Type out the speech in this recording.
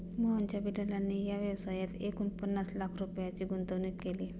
मोहनच्या वडिलांनी या व्यवसायात एकूण पन्नास लाख रुपयांची गुंतवणूक केली